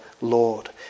Lord